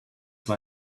why